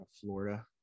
Florida